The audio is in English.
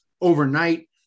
overnight